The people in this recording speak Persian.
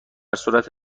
صورت